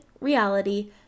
reality